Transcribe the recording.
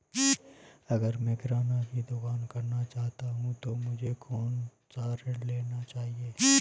अगर मैं किराना की दुकान करना चाहता हूं तो मुझे कौनसा ऋण लेना चाहिए?